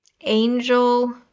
Angel